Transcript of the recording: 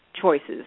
choices